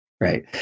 right